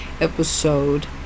episode